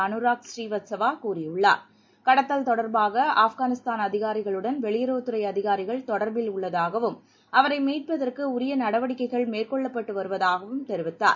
அனுராக் ஸ்ரீவத்சவா கூறியுள்ளார் கடத்தல் தொடர்பாக ஆப்கானிஸ்தான் அதிகாரிகளுடன் வெளியுறவுத் துறை அதிகாரிகள் தொடர்பில் உள்ளதாகவும் அவரை மீட்பதற்கு உரிய நடவடிக்கைகள் மேற்கொள்ளப்பட்டு வருவதாகவும் தெரிவித்தார்